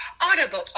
Audible